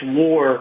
war